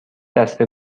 دسته